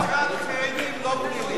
למה הדרת חרדים לא פלילית?